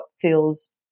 feels